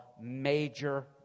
major